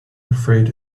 afraid